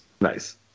Nice